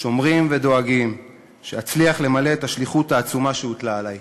שומרים ודואגים שאצליח למלא את השליחות העצומה שהוטלה עלי.